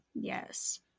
yes